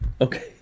Okay